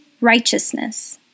righteousness